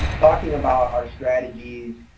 talking about our strategies,